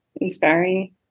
inspiring